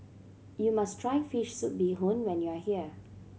you must try fish soup bee hoon when you are here